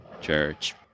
church